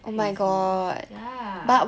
crazy ya